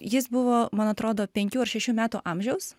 jis buvo man atrodo penkių ar šešių metų amžiaus